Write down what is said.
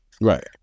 Right